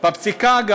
גם בפסיקה,